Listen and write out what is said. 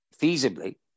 feasibly